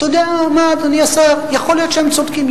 אתה יודע מה, אדוני השר, יכול להיות שהם צודקים.